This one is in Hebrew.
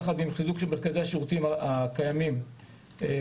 יחד עם חיזוק של מרכזי השירותים הקיימים בנגב.